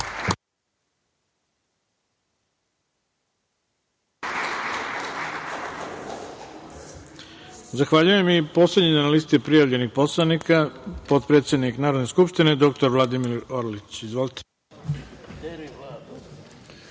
Zahvaljujem. Poslednji na listi prijavljenih poslanika, potpredsednik Narodne skupštine dr Vladimir Orlić. Izvolite.